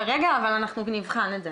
כרגע, אבל אנחנו נבחן את זה.